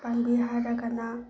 ꯄꯥꯝꯕꯤ ꯍꯥꯏꯔꯒꯅ